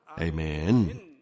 Amen